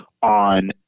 On